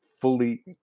fully